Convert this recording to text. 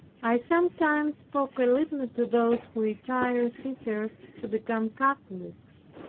i sometimes spoke a little to those who retired thither to become catholics.